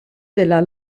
della